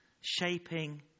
shaping